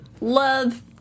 love